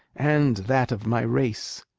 and that of my race.